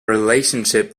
relationship